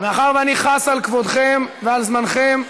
מאחר שאני חס על כבודכם ועל זמנכם,